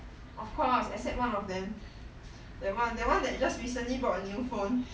of course except one of them that [one] that [one] that just recently bought a new phone